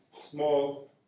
small